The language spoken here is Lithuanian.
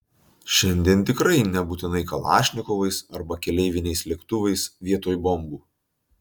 šiandien tikrai nebūtinai kalašnikovais arba keleiviniais lėktuvais vietoj bombų